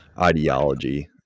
ideology